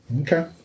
Okay